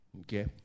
Okay